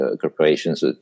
corporations